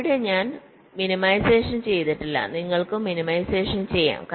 ഇവിടെ ഞാൻ മിനിമൈസേഷൻ ചെയ്തിട്ടില്ല നിങ്ങൾക്കും മിനിമൈസേഷൻ ചെയ്യാം